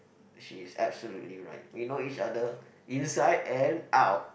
she's absolutely right we know each other inside and out